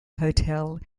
hotel